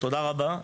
תודה רבה.